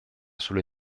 sulle